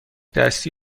دستی